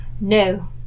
No